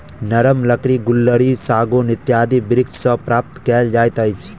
नरम लकड़ी गुल्लरि, सागौन इत्यादि वृक्ष सॅ प्राप्त कयल जाइत अछि